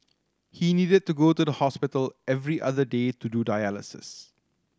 he needed to go to the hospital every other day to do dialysis